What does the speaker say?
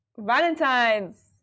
Valentines